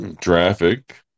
Traffic